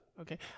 Okay